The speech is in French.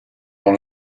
dans